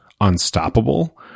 unstoppable